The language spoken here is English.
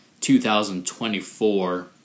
2024